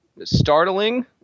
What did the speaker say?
startling